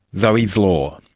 zoe's law.